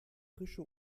frische